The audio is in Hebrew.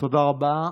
תודה רבה.